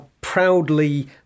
proudly